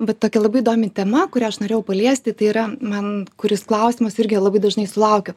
bet tokia labai įdomi tema kurią aš norėjau paliesti tai yra man kuris klausimas irgi jo labai dažnai sulaukiu